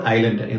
Island